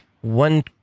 One